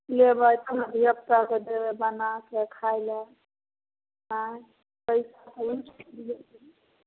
लेबै तब ने धिआपुताके देबै बनाकऽ खाइलए अँए